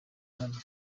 hano